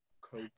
cope